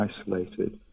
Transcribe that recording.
isolated